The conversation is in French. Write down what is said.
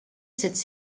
cette